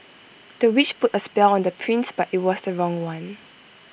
the witch put A spell on the prince but IT was the wrong one